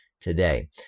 today